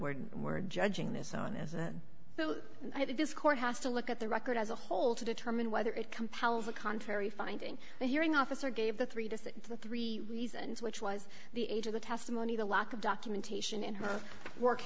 were were judging this on as so i think this court has to look at the record as a whole to determine whether it compels a contrary finding the hearing officer gave the three to the three reasons which was the age of the testimony the lack of documentation in her work